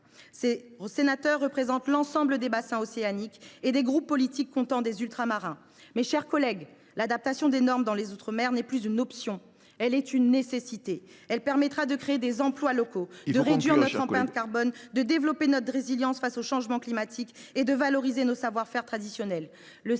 Ces sénateurs représentent l’ensemble des bassins océaniques et des groupes politiques comptant des élus ultramarins. Il faut conclure, ma chère collègue. L’adaptation des normes dans les outre mer est non plus une option, mais une nécessité. Elle permettra de créer des emplois locaux, de réduire notre empreinte carbone, de développer notre résilience face au changement climatique et de valoriser nos savoir faire traditionnels.